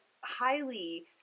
highly